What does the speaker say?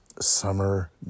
summer